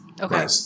Okay